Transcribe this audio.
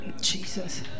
Jesus